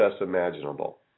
imaginable